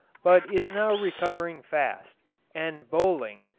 but is now recovering fast and bowling,